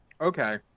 Okay